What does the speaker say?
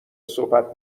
صحبت